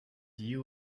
you